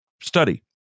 study